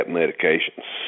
medications